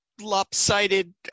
lopsided